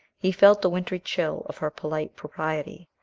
he felt the wintry chill of her polite propriety,